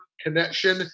connection